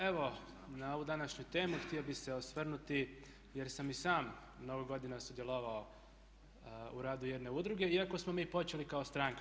Evo na ovu današnju temu htio bih se osvrnuti jer sam i sam mnogo godina sudjelovao u radu jedne udruge iako smo mi počeli kao stranka.